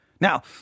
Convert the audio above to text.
Now